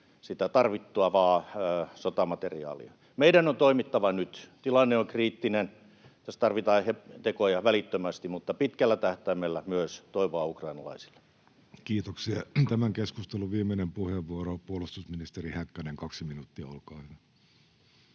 sitä tarvittavaa sotamateriaalia. Meidän on toimittava nyt. Tilanne on kriittinen. Tässä tarvitaan välittömästi tekoja mutta pitkällä tähtäimellä myös toivoa ukrainalaisille. Kiitoksia. — Tämän keskustelun viimeinen puheenvuoro on puolustusministeri Häkkäsellä. Kaksi minuuttia, olkaa hyvä.